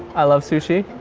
i love sushi.